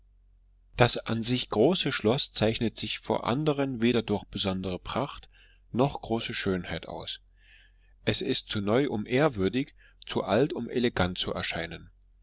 das an sich große schloß zeichnet sich vor andren weder durch besondere pracht noch große schönheit aus es ist zu neu um ehrwürdig zu alt um elegant zu erscheinen